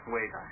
Wait